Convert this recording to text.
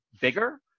bigger